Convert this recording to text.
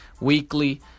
weekly